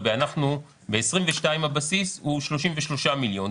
ב-2022 הבסיס הוא 33 מיליון.